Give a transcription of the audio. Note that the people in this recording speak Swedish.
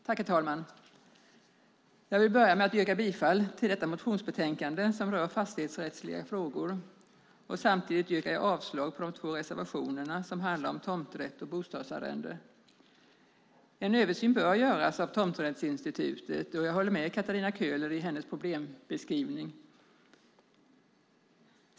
Herr talman! Jag vill börja med att yrka bifall till detta motionsbetänkande rörande fastighetsrättsliga frågor. Samtidigt yrkar jag avslag på de två reservationerna gällande tomträtt och bostadsarrende. En översyn bör göras av tomträttsinstitutet, och jag håller med Katarina Köhler om hennes problembeskrivning.